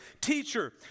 Teacher